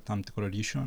tam tikro ryšio